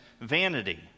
vanity